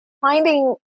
finding